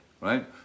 right